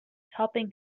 helping